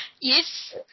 Yes